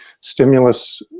stimulus